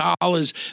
dollars